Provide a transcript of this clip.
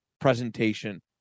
presentation